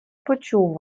почув